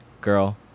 girl